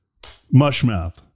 Mushmouth